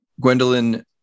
Gwendolyn